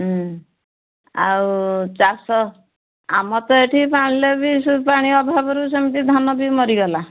ଉଁ ଆଉ ଚାଷ ଆମର ତ ଏଠି ପାଣିରେ ବି ସୁ ପାଣି ଅଭାବରୁ ସେମିତି ଧାନ ବି ମରିଗଲା